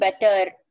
better